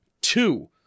two